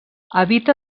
habita